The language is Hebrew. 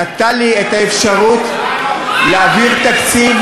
נתן לי את האפשרות להעביר תקציב,